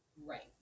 Right